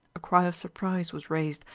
a cry of surprise was raised,